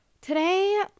today